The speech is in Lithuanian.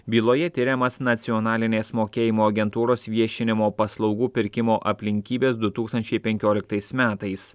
byloje tiriamas nacionalinės mokėjimo agentūros viešinimo paslaugų pirkimo aplinkybės du tūkstančiai penkioliktais metais